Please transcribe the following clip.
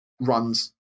runs